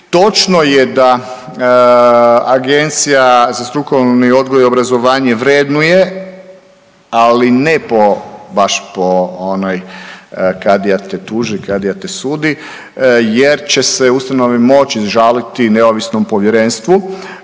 Točno je da Agencija za strukovni odgoj i obrazovanje vrednuje, ali ne po, baš po onoj „kadija te tuži, kadija te sudi“ jer će se ustanove moći žaliti neovisnom povjerenstvu